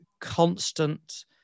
constant